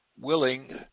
willing